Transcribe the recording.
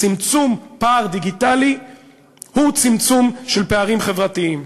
צמצום פער דיגיטלי הוא צמצום של פערים חברתיים.